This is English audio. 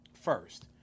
first